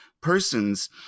persons